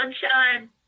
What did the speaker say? sunshine